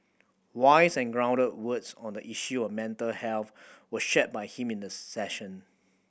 wise and grounded words on the issue of mental health were shared by him in the session